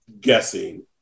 guessing